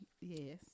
Yes